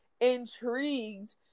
intrigued